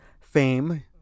fame